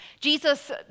Jesus